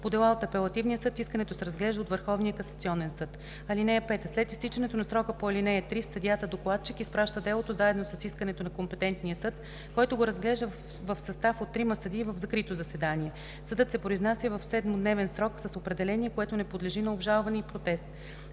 По дела на апелативния съд искането се разглежда от Върховния касационен съд. (5) След изтичането на срока по ал. 3 съдията-докладчик изпраща делото заедно с искането на компетентния съд, който го разглежда в състав от трима съдии в закрито заседание. Съдът се произнася в 7-дневен срок с определение, което не подлежи на обжалване и протест.”